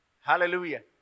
Hallelujah